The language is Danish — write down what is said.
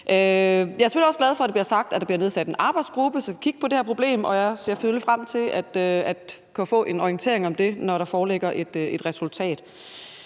Jeg er også glad for, at der bliver sagt, at der bliver nedsat en arbejdsgruppe, som kan kigge på det her problem, og jeg ser selvfølgelig frem til at kunne få en orientering om det, når der foreligger et resultat.